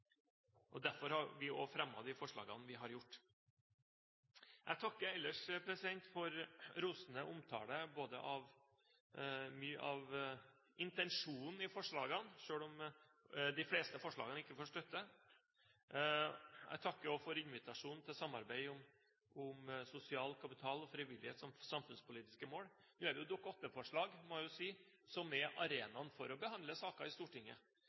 motsetning. Derfor har vi også fremmet disse forslagene. Jeg takker ellers for rosende omtale av mye av intensjonen i forslagene, selv om de fleste forslagene ikke får støtte. Jeg takker også for invitasjonen til samarbeid om sosial kapital og frivillighet som samfunnspolitiske mål. Nå må jeg jo si at det er Dokument 8-forslag som er arenaen for å behandle saker i Stortinget.